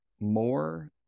more